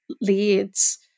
leads